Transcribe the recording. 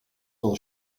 will